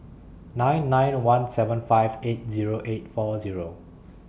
nine nine one seven five eight Zero eight four Zero